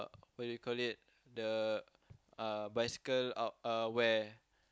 what do you call it the uh bicycle out uh wear